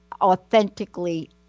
authentically